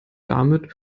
damit